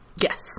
Yes